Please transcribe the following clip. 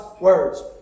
words